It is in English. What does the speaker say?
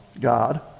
God